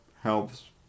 helps